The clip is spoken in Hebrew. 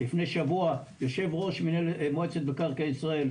לפני שבוע יושב ראש מועצת מקרקעי ישראל,